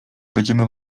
będziemy